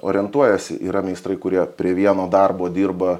orientuojuosi yra meistrai kurie prie vieno darbo dirba